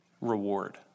reward